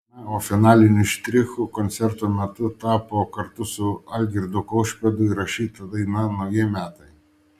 na o finaliniu štrichu koncerto metu tapo kartu su algirdu kaušpėdu įrašyta daina nauji metai